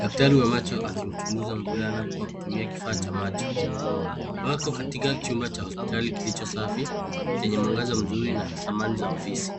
Daktari wa macho akimchunguza mvulana kwa kutumia kifaa cha macho. Ako aktika chumba ca hospitali kilicho safi chenye mwagaza mzuri na samani za ofisi.